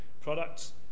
products